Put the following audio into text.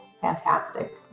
fantastic